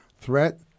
Threat